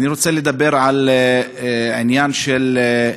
אני רוצה לדבר על עניין של,